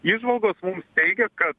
įžvalgos mums teigia kad